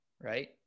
right